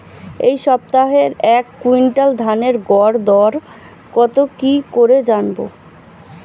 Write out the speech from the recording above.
এই সপ্তাহের এক কুইন্টাল ধানের গর দর কত কি করে জানবো?